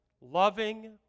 loving